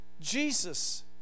Jesus